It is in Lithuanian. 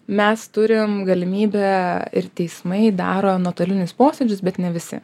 mes turim galimybę ir teismai daro nuotolinius posėdžius bet ne visi